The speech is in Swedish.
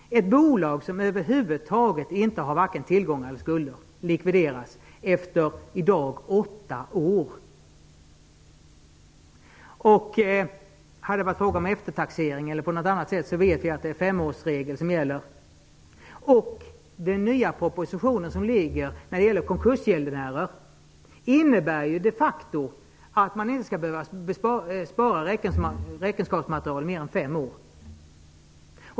Ett bolag som över huvud taget hade varken tillgångar eller skulder likviderades efter åtta år. Hade det varit fråga om t.ex. eftertaxering, skulle femårsregeln ha gällt. Enligt den nya proposition om konkursgäldenärer som framlagts skall man de facto inte behöva spara räkenskapsmaterial mer än fem år.